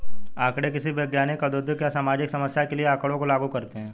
आंकड़े किसी वैज्ञानिक, औद्योगिक या सामाजिक समस्या के लिए आँकड़ों को लागू करते है